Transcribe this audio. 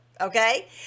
Okay